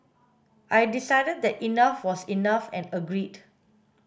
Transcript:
I decided that enough was enough and agreed